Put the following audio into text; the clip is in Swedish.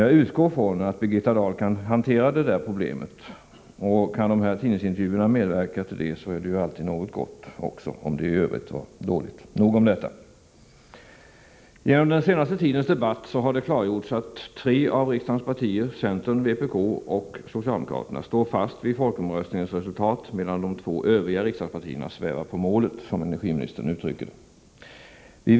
Jag utgår dock från att Birgitta Dahl kan hantera det problemet. Kan tidningsintervjuerna vara till hjälp, är det alltid någonting gott — även om det i övrigt var dåligt ställt därvidlag. Men nog om detta. Under den senaste tidens debatt har det klargjorts att tre av riksdagens partier — centern, vpk och socialdemokraterna — står fast vid folkomröstningens resultat medan de två övriga riksdagspartierna svävar på målet, som energiministern uttrycker sig.